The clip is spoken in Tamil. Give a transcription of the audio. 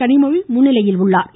கனிமொழி முன்னிலையில் உள்ளாா்